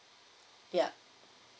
yup